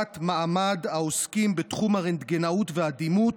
מעמד העוסקים בתחום הרנטגנאות והדימות,